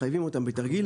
מחייבים אותם בתרגיל.